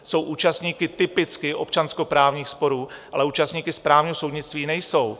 Jsou účastníky typicky občanskoprávních sporů, ale účastníky správního soudnictví nejsou.